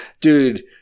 dude